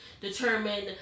determine